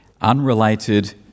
Unrelated